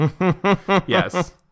Yes